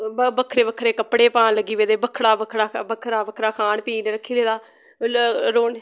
बक्खरे बक्खरे कपड़े पान लगी पेदे बक्खरा बक्खरा खान पीन रक्खी लेदा